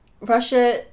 Russia